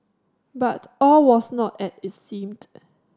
but all was not as it seemed